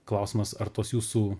klausimas ar tos jūsų